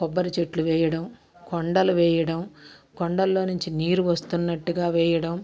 కొబ్బరి చెట్లు వేయడం కొండలు వేయడం కొండల్లో నుంచి నీరు వస్తున్నట్టుగా వేయడం